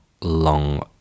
long